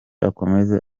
akomeze